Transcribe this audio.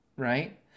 Right